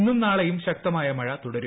ഇന്നും നാളെയും ശക്തമായ മഴ തുടരും